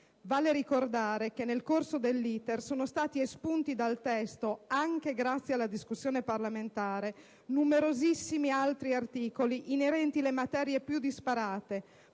Vale ricordare che, nel corso dell'*iter*, sono stati espunti dal testo, anche grazie alla discussione parlamentare, numerosissimi altri articoli inerenti le materie più disparate,